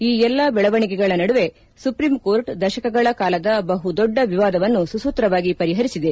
ಈ ಎಲ್ಲಾ ಬೆಳವಣಿಗೆಗಳ ನಡುವೆ ಸುಪ್ರೀಂ ಕೋರ್ಟ್ ದಶಕಗಳ ಕಾಲದ ಬಹು ದೊಡ್ಡ ವಿವಾದವನ್ನು ಸುಸೂತ್ರವಾಗಿ ಪರಿಹರಿಸಿದೆ